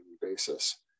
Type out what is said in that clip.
basis